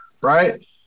right